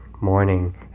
morning